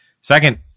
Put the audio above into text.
Second